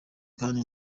kandi